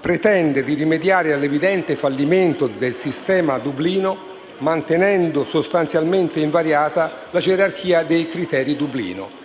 pretende di rimediare all'evidente fallimento del sistema Dublino, mantenendo sostanzialmente invariata la gerarchia dei criteri Dublino.